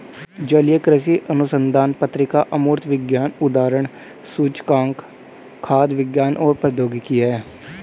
जलीय कृषि अनुसंधान पत्रिका अमूर्त विज्ञान उद्धरण सूचकांक खाद्य विज्ञान और प्रौद्योगिकी है